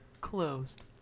closed